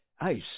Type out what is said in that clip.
ICE